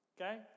Okay